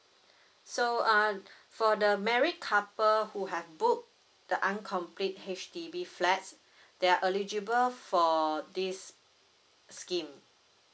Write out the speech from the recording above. so uh for the married couple who have book the uncomplete H_D_B flats they are eligible for this scheme